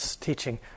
teaching